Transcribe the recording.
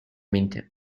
winter